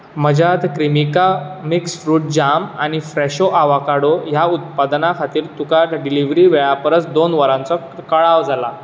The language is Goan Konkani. म्हज्या क्रीमिका मिक्स फ्रूट जाम आनी फ्रॅशो आवोकाडो ह्या उत्पादनां खातीर तुका डिलिव्हरी वेळा परस दोन वरांचो कळाव जाला